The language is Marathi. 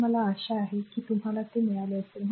तर मला आशा आहे की तुम्हाला ते मिळाले असेल